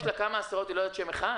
יש לה כמה עשרות והיא לא יודעת שם אחד?